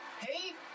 hey